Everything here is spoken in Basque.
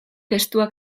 estuak